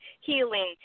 healing